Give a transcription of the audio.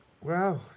Wow